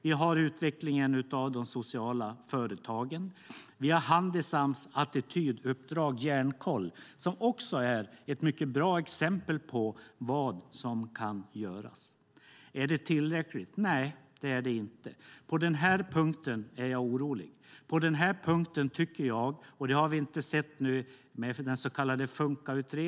Vi har utvecklingen av de sociala företagen. Vi har Handisams attityduppdrag Hjärnkoll, som också är ett mycket bra exempel på vad som kan göras. Är det tillräckligt? Nej, det är det inte. På denna punkt är jag orolig.